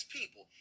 people